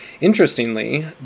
Interestingly